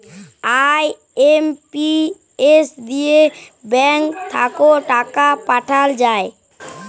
IMPS দিয়ে bank থাক্যে টাকা পাঠাল যায়